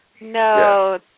No